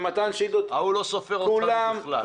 ההוא לא סופר אותנו בכלל.